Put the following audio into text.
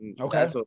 Okay